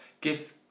Give